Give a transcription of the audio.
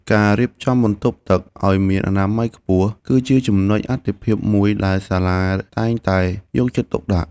ការរៀបចំបន្ទប់ទឹកឱ្យមានអនាម័យខ្ពស់ជាចំណុចអាទិភាពមួយដែលសាលាតែងតែយកចិត្តទុកដាក់។